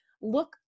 look